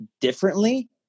differently